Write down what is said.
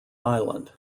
island